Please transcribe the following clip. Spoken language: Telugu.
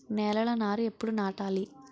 నేలలో నారు ఎప్పుడు నాటాలి?